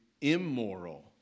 immoral